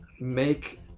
Make